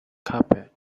carpet